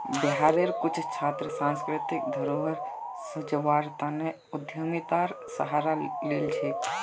बिहारेर कुछु छात्र सांस्कृतिक धरोहर संजव्वार तने उद्यमितार सहारा लिल छेक